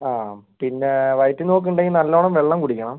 ആ പിന്നെ വയറ്റിൽ നിന്ന് പോക്ക് ഉണ്ടെങ്കിൽ നല്ലോണം വെള്ളം കുടിക്കണം